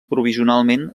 provisionalment